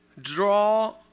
draw